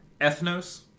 Ethnos